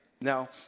Now